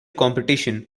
competition